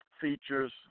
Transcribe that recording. features